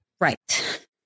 Right